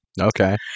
Okay